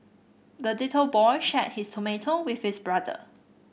the little boy shared his tomato with his brother